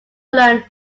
learn